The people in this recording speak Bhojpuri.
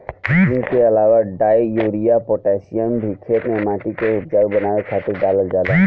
जिंक के अलावा डाई, यूरिया, पोटैशियम भी खेते में माटी के उपजाऊ बनावे खातिर डालल जाला